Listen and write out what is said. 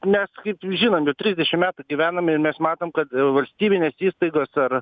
mes kaip žinom jau trisdešim metų gyvename ir mes matom kad valstybinės įstaigos ar